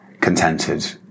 contented